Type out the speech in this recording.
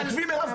תעקבי מירב,